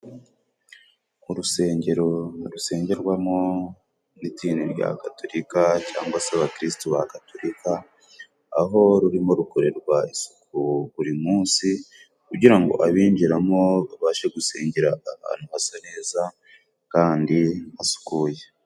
Urusengero rusengerwamo n'idini rya Gaturika cyangwa se abakristu ba Gaturika, aho rurimo rukorerwa isuku buri munsi kugira ngo abinjiramo babashe gusengera ahantu hasa neza kandi hasukuye.